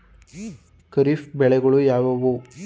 ಖಾರಿಫ್ ಬೆಳೆಗಳು ಯಾವುವು?